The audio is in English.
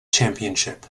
championship